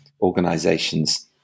organizations